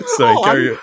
Sorry